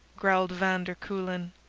growled van der kuylen.